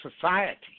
society